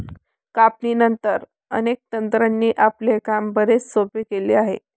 कापणीनंतर, अनेक तंत्रांनी आपले काम बरेच सोपे केले आहे